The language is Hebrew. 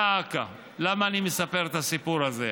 דא עקא, למה אני מספר את הסיפור הזה?